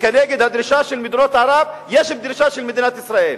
וכנגד הדרישה של מדינות ערב יש דרישה של מדינת ישראל.